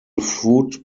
food